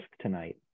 tonight